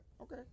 Okay